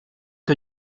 que